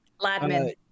Ladman